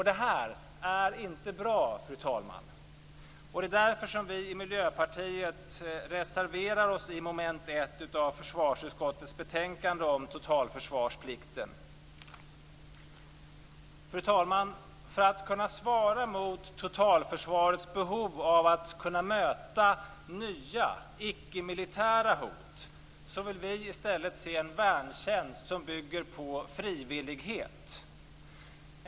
Det här är inte bra, fru talman, och det är därför som vi i Miljöpartiet reserverar oss under mom. 1 i försvarsutskottets betänkande om totalförsvarsplikten. Fru talman! För att kunna svara mot totalförsvarets behov av att kunna möta nya icke-militära hot vill vi i stället se en värntjänst som bygger på frivillighet.